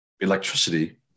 electricity